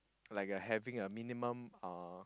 like a having a minimum uh